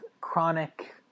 chronic